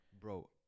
Bro